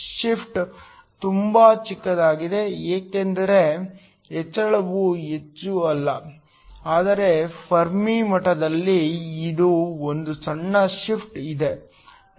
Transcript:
shift ತುಂಬಾ ಚಿಕ್ಕದಾಗಿದೆ ಏಕೆಂದರೆ ಹೆಚ್ಚಳವು ಹೆಚ್ಚು ಅಲ್ಲ ಆದರೆ ಫೆರ್ಮಿ ಮಟ್ಟದಲ್ಲಿ ಇನ್ನೂ ಒಂದು ಸಣ್ಣ ಶಿಫ್ಟ್ ಇದೆ